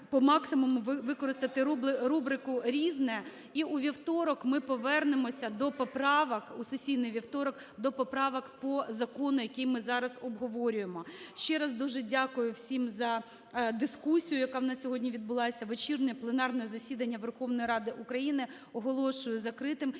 по максимуму використати рубрику "Різне", і у вівторок ми повернемося до поправок, у сесійний вівторок, до поправок по закону, який ми зараз обговорюємо. Ще раз дуже дякую всім за дискусію, яка у нас сьогодні відбулася. Вечірнє пленарне засідання Верховної Ради України оголошую закритим,